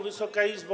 Wysoka Izbo!